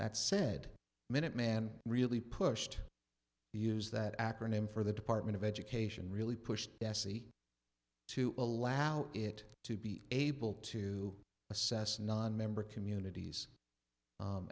that said minuteman really pushed the use that acronym for the department of education really pushed s c to allow it to be able to assess nonmember communities